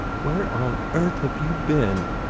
where on earth have you been?